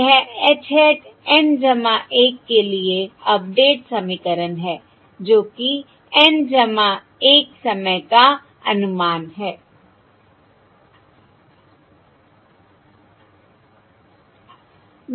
यह h hat N 1 के लिए अपडेट समीकरण है जो कि N 1 समय का अनुमान है